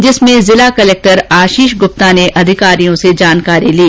जिसमें जिला कलेक्टर आशीष गुप्ता ने अधिकारियों से जानकारी ली